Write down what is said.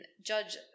Judge